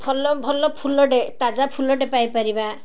ଭଲ ଭଲ ଫୁଲଟେ ତାଜା ଫୁଲଟେ ପାଇପାରିବା